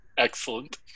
Excellent